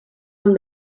amb